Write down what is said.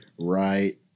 right